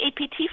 APT